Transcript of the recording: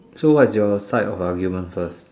so what's your side of the argument first